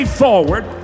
forward